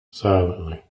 silently